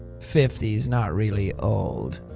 fifty s not really old.